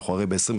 אנחנו הרי ב-2023,